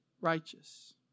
righteous